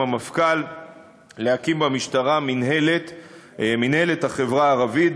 המפכ"ל להקים במשטרה את מינהלת החברה הערבית,